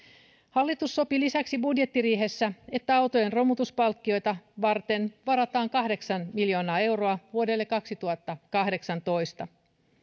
hallitus sopi lisäksi budjettiriihessä että autojen romutuspalkkioita varten varataan kahdeksan miljoonaa euroa vuodelle kaksituhattakahdeksantoista